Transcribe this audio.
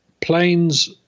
planes